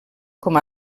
com